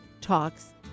talks